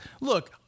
Look